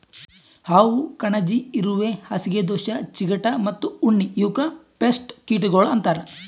ಹಾವು, ಕಣಜಿ, ಇರುವೆ, ಹಾಸಿಗೆ ದೋಷ, ಚಿಗಟ ಮತ್ತ ಉಣ್ಣಿ ಇವುಕ್ ಪೇಸ್ಟ್ ಕೀಟಗೊಳ್ ಅಂತರ್